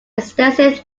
extensive